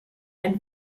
and